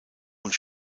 und